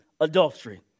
adultery